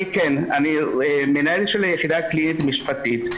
אני מנהל של היחידה הקלינית משפטית.